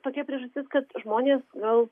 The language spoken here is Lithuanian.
tokia priežastis kad žmonės gal